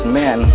men